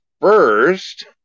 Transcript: first